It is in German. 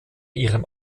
ihrem